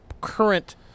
current